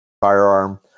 firearm